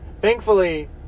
Thankfully